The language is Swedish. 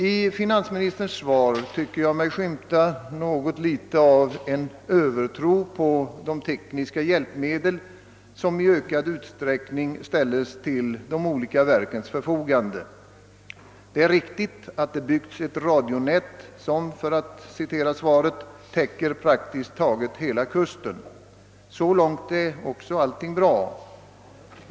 I finansminsterns svar tycker jag mig skymta något av en övertro på de tekniska hjälpmedel som i ökad utsträckning ställs till de olika verkens förfogande. Det är riktigt att det byggts upp ett radionät som, för att citera svaret, »täcker praktiskt taget hela kusten». Så långt är också allting bra.